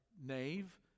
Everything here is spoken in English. nave